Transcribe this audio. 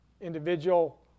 individual